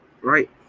Right